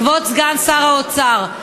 כבוד סגן שר האוצר,